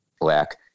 black